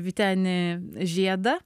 vytenį žiedą